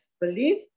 Believe